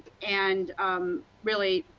and really,